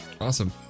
Awesome